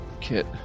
kit